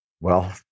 Well-